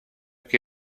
que